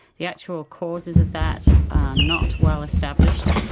the actual causes of that are not well established,